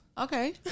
Okay